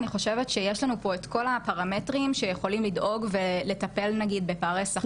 אני חושבת שיש לנו פה את כל הפרמטרים שיכולים לדאוג ולטפל בפערי שכר.